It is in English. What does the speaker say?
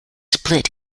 split